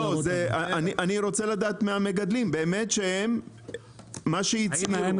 אני רוצה לדעת מהמגדלים, מה שהצהירו.